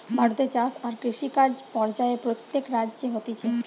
ভারতে চাষ আর কৃষিকাজ পর্যায়ে প্রত্যেক রাজ্যে হতিছে